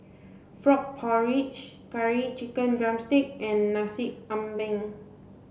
frog porridge curry chicken drumstick and Nasi Ambeng